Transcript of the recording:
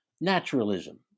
naturalism